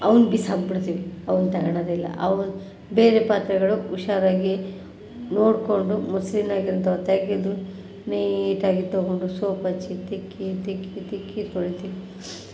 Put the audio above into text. ಅವನ್ನು ಬಿಸಾಕ್ಬಿಡ್ತೀವಿ ಅವನ್ನು ತಗೊಳ್ಳೋದೆ ಇಲ್ಲ ಅವನ್ನು ಬೇರೆ ಪಾತ್ರೆಗಳು ಹುಷಾರಾಗಿ ನೋಡಿಕೊಂಡು ಮೊಸ್ರಿನಾಗಿರ್ತಾವೆ ತೆಗೆದು ನೀಟಾಗಿ ತಗೊಂಡು ಸೋಪ್ ಹಚ್ಚಿ ತಿಕ್ಕಿ ತಿಕ್ಕಿ ತಿಕ್ಕಿ ತೊಳಿತೀವಿ